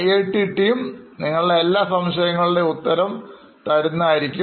IIT team നിങ്ങളുടെ എല്ലാ സംശയങ്ങളുടെ ഉത്തരം തരുന്നതായിരിക്കും